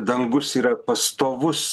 dangus yra pastovus